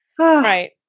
right